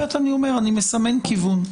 אני מסמן כיוון.